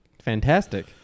fantastic